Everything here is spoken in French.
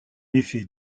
effet